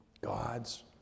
God's